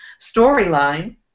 storyline